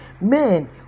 men